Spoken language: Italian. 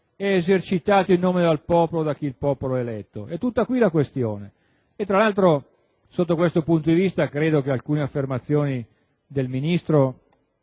è esercitato in nome del popolo, da chi il popolo ha eletto. È tutta qui la questione. Tra l'altro, da questo punto di vista, credo che alcune affermazioni del Ministro